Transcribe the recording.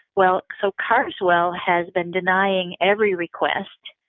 well, so carswell has been denying every request,